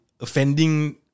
offending